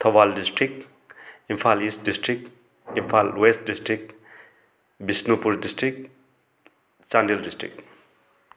Thoubal district Imphal East district Imphal West district Bishnupur district Chandel district